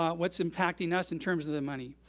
um what's impacting us in terms of the money.